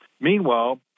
Meanwhile